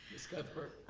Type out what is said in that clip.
ms. cuthbert?